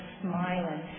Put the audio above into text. smiling